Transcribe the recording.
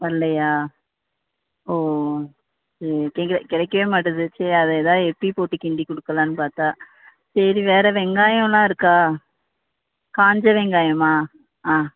வரலையா ஓ சரி கெ கிடைக்கவே மாட்டுங்து சரி அதை ஏதாவது வெட்டி போட்டு கிண்டி கொடுக்கலான்னு பார்த்தா சரி வேறு வெங்காயமெல்லாம் இருக்கா காய்ஞ்ச வெங்காயமா ஆ